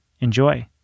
Enjoy